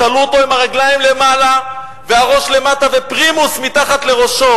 תלו אותו עם הרגליים למעלה והראש למטה ופרימוס מתחת לראשו.